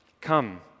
Come